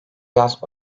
yaz